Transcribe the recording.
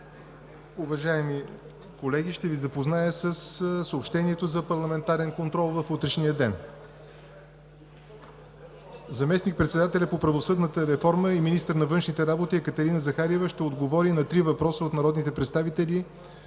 съобщението за парламентарен контрол